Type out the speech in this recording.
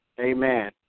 Amen